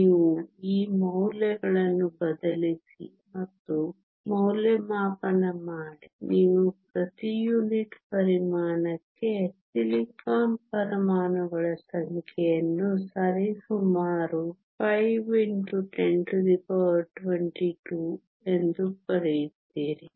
ನೀವು ಈ ಮೌಲ್ಯಗಳನ್ನು ಬದಲಿಸಿ ಮತ್ತು ಮೌಲ್ಯಮಾಪನ ಮಾಡಿ ನೀವು ಪ್ರತಿ ಯೂನಿಟ್ ಪರಿಮಾಣಕ್ಕೆ ಸಿಲಿಕಾನ್ ಪರಮಾಣುಗಳ ಸಂಖ್ಯೆಯನ್ನು ಸರಿಸುಮಾರು 5 x 1022 ಎಂದು ಪಡೆಯುತ್ತೀರಿ